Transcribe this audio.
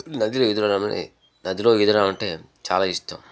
నదిలో ఈదడం అనే నదిలో ఈదడం అంటే చాలా ఇష్టం